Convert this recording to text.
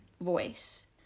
voice